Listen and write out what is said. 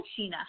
sheena